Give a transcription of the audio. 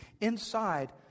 inside